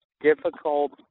difficult